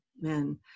men